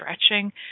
stretching